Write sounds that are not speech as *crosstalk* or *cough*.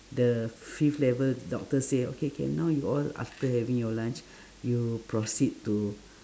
the fifth level doctor say okay can now you all after having your lunch *breath* you proceed to